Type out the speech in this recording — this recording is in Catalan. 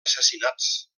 assassinats